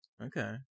Okay